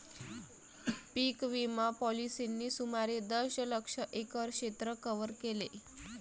पीक विमा पॉलिसींनी सुमारे दशलक्ष एकर क्षेत्र कव्हर केले